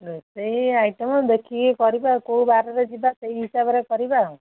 ରୋଷେଇ ଆଇଟମ୍ ଦେଖିକି କରିବା କେଉଁ ବାରରେ ଯିବା ସେଇ ହିସାବରେ କରିବା ଆଉ